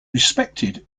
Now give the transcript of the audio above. respected